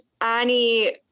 Annie